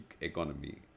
economy